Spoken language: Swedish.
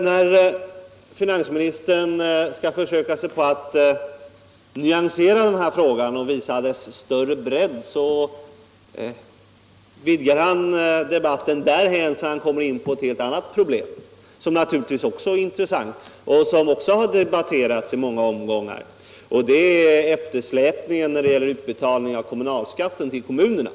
När finansministern skall försöka sig på att nyansera den här frågan och visa dess större bredd, vidgar han debatten därhän att han kommer in på ett helt annat problem, som naturligtvis också är intressant och som också har debatterats i många omgångar, nämligen eftersläpningen när det gäller utbetalning av kommunalskatten till kommunerna.